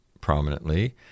prominently